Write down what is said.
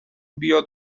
بیاد